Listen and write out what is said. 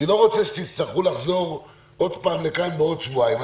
אני לא רוצה שתצטרכו לחזור עוד פעם לכאן בעוד שבועיים.